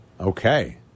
Okay